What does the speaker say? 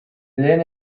lehen